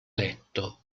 letto